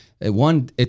one